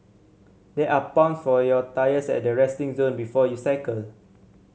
there are pumps for your tyres at the resting zone before you cycle